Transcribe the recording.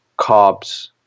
carbs